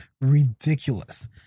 ridiculous